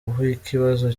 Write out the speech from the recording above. w’ikibazo